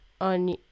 on